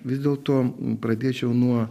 vis dėlto pradėčiau nuo